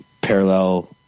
parallel